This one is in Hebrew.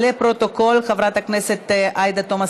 49 חברי כנסת בעד,